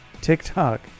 TikTok